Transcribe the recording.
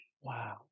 Wow